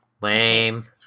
Lame